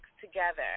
together